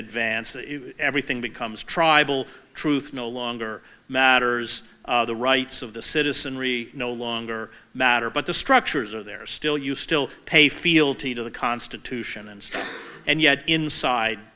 advance that everything becomes tribal truth no longer matters the rights of the citizenry no longer matter but the structures are there still you still pay fealty to the constitution and stuff and yet inside